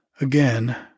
Again